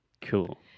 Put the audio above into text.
Cool